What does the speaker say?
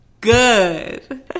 good